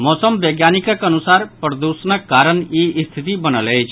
मौसम वैज्ञानिकक अनुसार प्रदूषणक कारण ई स्थिति बनल अछि